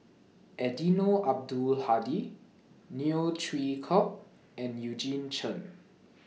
Eddino Abdul Hadi Neo Chwee Kok and Eugene Chen